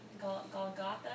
Golgotha